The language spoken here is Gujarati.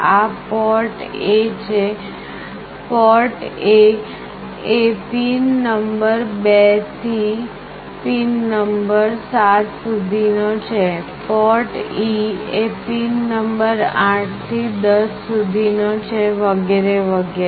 આ પોર્ટ A છે પોર્ટ A એ પિન નંબર 2 થી પિન નંબર 7 સુધીનો છે પોર્ટ E એ પિન નંબર 8 થી 10 સુધીનો છે વગેરે વગેરે